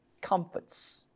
comforts